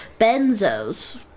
benzos